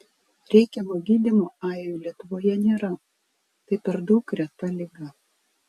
reikiamo gydymo ajui lietuvoje nėra tai per daug reta liga